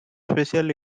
special